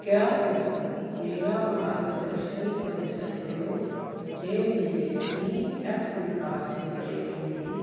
क्या तुस मेरा मार्ग दर्शन करी सकदे ओ जे मेरे पी एफ निकासी क्लेम दी